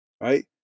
right